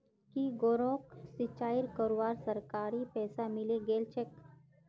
की गौरवक सिंचाई करवार सरकारी पैसा मिले गेल छेक